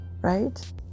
right